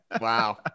Wow